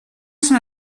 sant